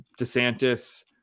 DeSantis